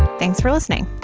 thanks for listening